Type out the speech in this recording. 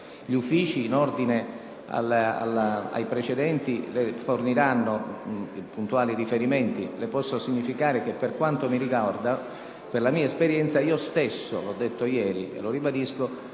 Gli Uffici, in ordine ai precedenti, le forniranno puntuali riferimenti. Le posso significare che per quanto mi riguarda, per la mia esperienza, io stesso - l'ho detto ieri e lo ribadisco